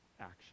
action